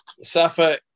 Safa